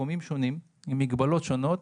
בתחומים שונים עם מגבלות שונות.